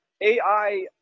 AI